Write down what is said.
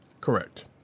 Correct